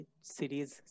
series